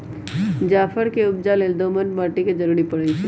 जाफर के उपजा लेल दोमट माटि के जरूरी परै छइ